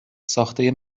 ساخته